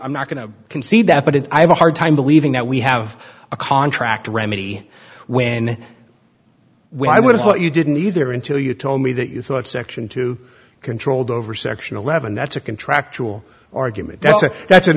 i'm not going to concede that but if i have a hard time believing that we have a contract remedy when well i would have thought you didn't either until you told me that you thought section two controlled over section eleven that's a contractual origin but that's